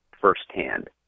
firsthand